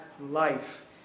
life